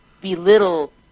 belittle